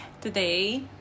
today